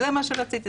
זה מה שרציתי.